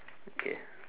okay